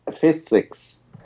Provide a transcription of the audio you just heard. physics